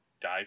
die